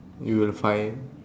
you'll fight